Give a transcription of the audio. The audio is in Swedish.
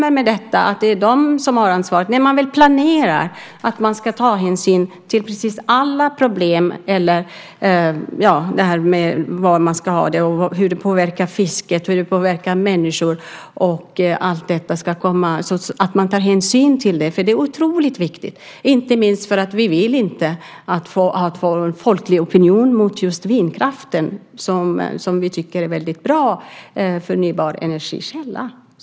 När man planerar är det oerhört viktigt att ta hänsyn till de problem som finns, till var de ska placeras, hur det påverkar fisket och människorna och allt sådant. Det är mycket viktigt, inte minst för att vi inte vill få en folklig opinion mot vindkraften, som vi tycker är en väldigt bra förnybar energikälla.